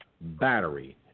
battery